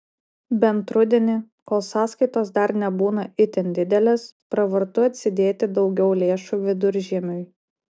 bent rudenį kol sąskaitos dar nebūna itin didelės pravartu atsidėti daugiau lėšų viduržiemiui